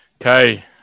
Okay